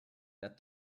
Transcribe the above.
that